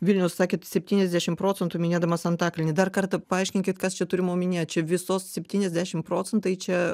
vilniaus sakėt septyniasdešimt procentų minėdamas antakalnį dar kartą paaiškinkit kas čia turima omenyje čia visos septyniasdešimt procentai čia